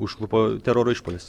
užklupo teroro išpuolis